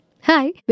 Hi